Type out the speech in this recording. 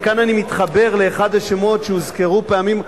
וכאן אני מתחבר לאחד השמות שהוזכרו כמה פעמים,